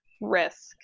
risk